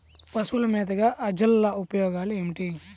పశువుల మేతగా అజొల్ల ఉపయోగాలు ఏమిటి?